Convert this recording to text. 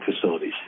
facilities